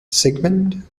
sigmund